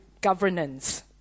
Governance